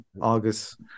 August